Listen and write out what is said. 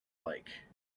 like